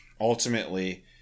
ultimately